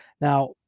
now